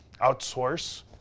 outsource